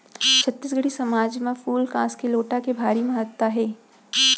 छत्तीसगढ़ी समाज म फूल कांस के लोटा के भारी महत्ता हे